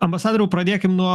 ambasadoriau pradėkim nuo